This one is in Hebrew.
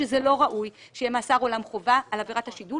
שזה לא ראוי שיהיה מאסר עולם חובה על עבירת השידול.